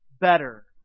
better